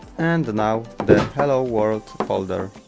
and now the hello world folder